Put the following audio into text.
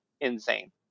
insane